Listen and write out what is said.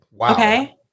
Okay